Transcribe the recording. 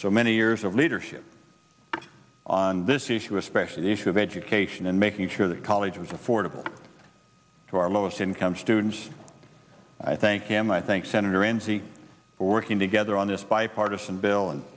so many years of leadership on this issue especially the issue of education and making sure that college is affordable to our lowest income students i thank him i thank senator enzi for working together on this bipartisan bill and